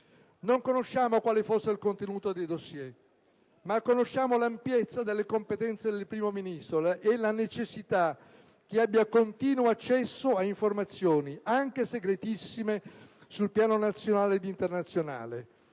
Non conosciamo quale fosse il contenuto dei *dossier*, ma conosciamo l'ampiezza delle competenze del Primo Ministro e la necessità che abbia continuo accesso a informazioni anche segretissime sul piano nazionale e internazionale.